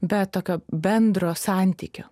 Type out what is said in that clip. be tokio bendro santykio